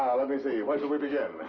let me see, where shall we begin?